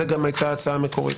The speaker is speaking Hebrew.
זו גם הייתה ההצעה המקורית,